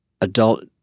adult